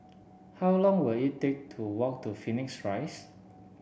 how long will it take to walk to Phoenix Rise